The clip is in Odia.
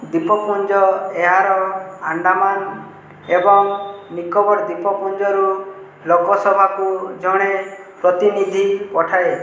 ଦ୍ୱୀପପୁଞ୍ଜ ଏହାର ଆଣ୍ଡାମାନ ଏବଂ ନିକୋବର ଦ୍ୱୀପପୁଞ୍ଜରୁ ଲୋକସଭାକୁ ଜଣେ ପ୍ରତିନିଧି ପଠାଏ